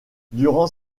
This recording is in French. durant